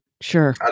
sure